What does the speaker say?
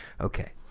Okay